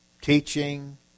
teaching